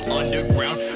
underground